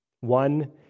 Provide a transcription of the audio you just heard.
One